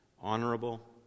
honorable